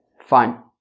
fine